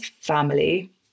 family